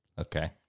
Okay